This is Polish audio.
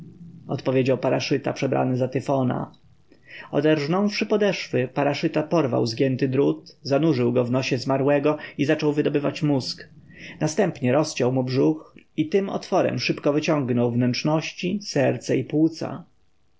odpowiedział paraszyta przebrany za tyfona oderznąwszy podeszwy paraszyta porwał zgięty drut zanurzył go w nosie zmarłego i zaczął wydobywać mózg następnie rozciął mu brzuch i tym otworem szybko wyciągnął wnętrzności serce i płuca